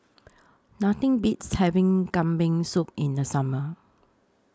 Nothing Beats having Kambing Soup in The Summer